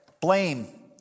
Blame